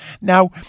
Now